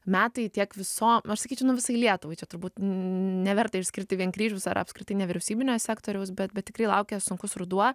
metai tiek viso nu aš sakyčiau nu visai lietuvai čia turbūt neverta išskirti vien kryžiaus ar apskritai nevyriausybinio sektoriaus bet bet tikrai laukia sunkus ruduo